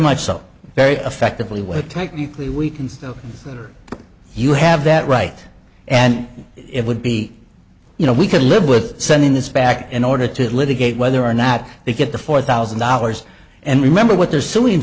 much so very effectively what technically we can stop that or you have that right and it would be you know we could live with sending this back in order to litigate whether or not they get the four thousand dollars and remember what they're suing